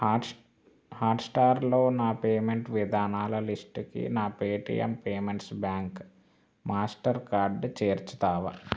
హాట్చ్ హాట్స్టార్లో నా పేమెంట్ విధానాల లిస్టుకి నా Paytm payments bank Mastercard చేర్చుతావా